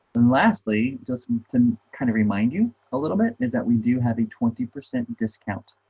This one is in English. and lastly just to and kind of remind you a little bit is that we do have a twenty percent discount